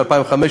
שב-2015